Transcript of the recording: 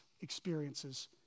experiences